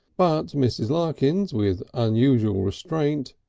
but mrs. larkins, with unusual restraint,